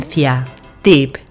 Tip